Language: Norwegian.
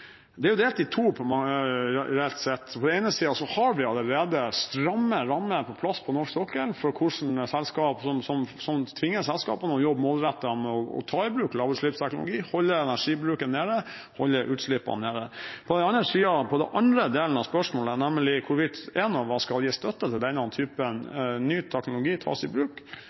Det er delt i to, reelt sett. På den ene siden har vi allerede stramme rammer på plass på norsk sokkel som tvinger selskapene til å jobbe målrettet med å ta i bruk lavutslippsteknologi, holde energibruken nede, holde utslippene nede. På den andre siden, til den andre delen av forslaget, nemlig hvorvidt Enova skal gi støtte til at denne typen